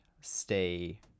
stay